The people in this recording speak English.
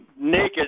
naked